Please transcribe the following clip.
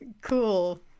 Cool